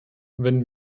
wenn